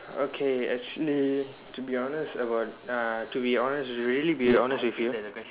okay actually to be honest about uh to be honest really be honest with you